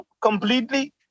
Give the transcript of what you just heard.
completely